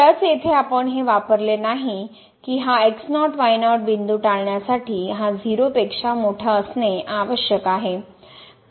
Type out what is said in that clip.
खरंच येथे आपण हे वापरले नाही की हा x0 y0 बिंदू टाळण्यासाठी हा 0 पेक्षा मोठा असणे आवश्यक आहे